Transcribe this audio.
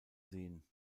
sehen